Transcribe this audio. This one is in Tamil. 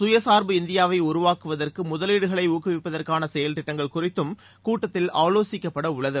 கயசார்பு இந்தியாவை உருவாக்குவதற்கு முதலீடுகளை ஊக்குவிப்பதற்கான செயல்திட்டங்கள் குறித்தும் கூட்டத்தில் ஆலோசிக்கப்படவுள்ளது